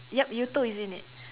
yup Yuuto is in it